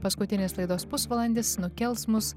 paskutinis laidos pusvalandis nukels mus